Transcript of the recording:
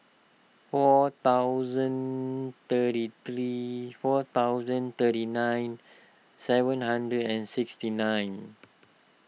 four thousand thirty three four thousand thirty nine seven hundred and sixty nine